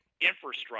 infrastructure